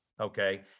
okay